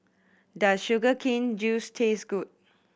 does sugar cane juice taste good